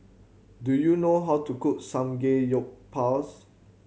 do you know how to cook Samgeyopsal